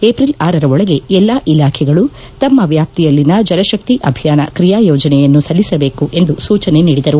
April ಯೊಳಗೆ ಎಲ್ಲಾ ಇಲಾಖೆಗಳು ತಮ್ಮ ವ್ಯಾಪ್ತಿಯಲ್ಲಿನ ಜಲಕ್ಷಿ ಅಭಿಯಾನ ಕ್ರಿಯಾ ಯೋಜನೆಯನ್ನು ಸಲ್ಲಿಸಬೇಕು ಎಂದು ಸೂಚನೆ ನೀಡಿದರು